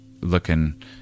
looking